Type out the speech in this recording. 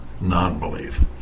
non-belief